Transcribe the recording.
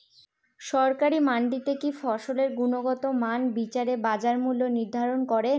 সরকারি মান্ডিতে কি ফসলের গুনগতমান বিচারে বাজার মূল্য নির্ধারণ করেন?